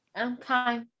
okay